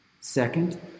Second